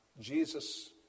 Jesus